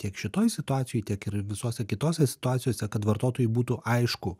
tiek šitoj situacijoj tiek ir visose kitose situacijose kad vartotojui būtų aišku